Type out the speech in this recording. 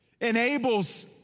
enables